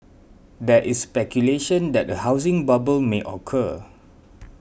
there is speculation that a housing bubble may occur